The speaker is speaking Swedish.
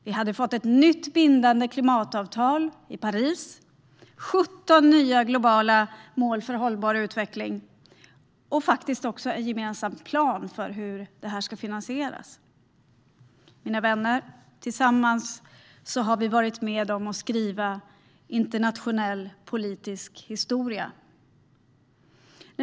Vi hade fått ett nytt bindande klimatavtal i Paris, 17 nya globala mål för hållbar utveckling och även en gemensam plan för hur det ska finansieras. Mina vänner! Tillsammans har vi varit med om att skriva internationell politisk historia.